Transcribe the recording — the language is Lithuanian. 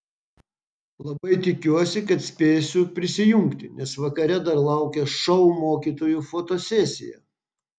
labai tikiuosi kad spėsiu prisijungti nes vakare dar laukia šou mokytojų fotosesija